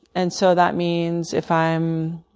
and so that means if i'm